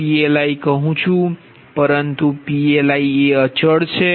પરંતુ PLiઅચલ છે